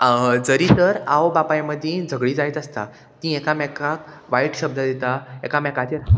जरीय तर आवय बापाय मदीं झगडीं जायत आसता तीं एकामेकाक वायट शब्द दिता एकामेकाचेर